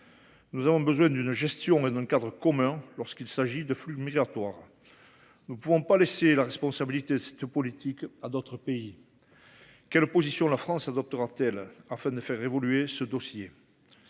nous avons besoin d’une gestion et d’un cadre communs. Nous ne pouvons pas laisser la responsabilité de cette politique à d’autres pays. Quelle position la France adoptera-t-elle afin de faire évoluer ce dossier ?